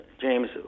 james